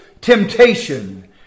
temptation